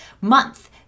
month